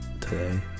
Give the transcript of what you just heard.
today